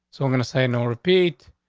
so i'm gonna say no. repeat,